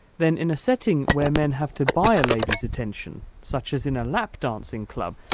then in a setting where men have to buy a lady's attention, such as in a lap-dancing club,